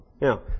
Now